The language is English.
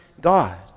God